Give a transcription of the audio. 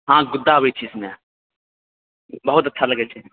हाँ गुद्दा आबै छै इसमे बहुत अच्छा लागैत छै